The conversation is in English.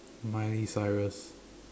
Miley Cyrus